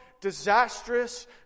disastrous